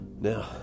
Now